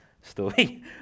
story